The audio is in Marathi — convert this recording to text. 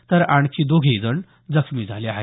तर आणखी दोघे जण जखमी झाले आहेत